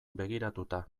begiratuta